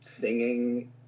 singing